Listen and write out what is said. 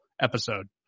episode